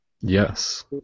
Yes